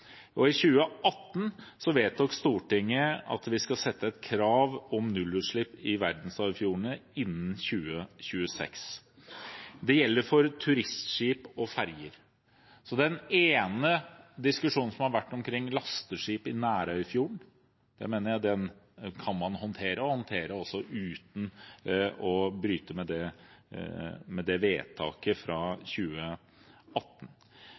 I 2018 vedtok Stortinget at vi skal sette et krav om nullutslipp i verdensarvfjordene innen 2026. Det gjelder for turistskip og ferger. Så den ene diskusjonen som har vært omkring lasteskip i Nærøyfjorden, mener jeg man kan håndtere, også uten å bryte med det vedtaket fra 2018. I forslaget er det